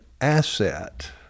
asset